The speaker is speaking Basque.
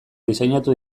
diseinatu